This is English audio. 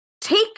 take